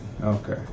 Okay